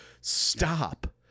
stop